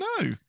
No